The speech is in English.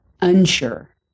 unsure